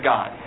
God